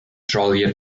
joliet